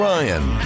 Ryan